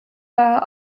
war